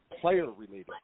player-related